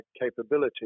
capability